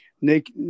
nick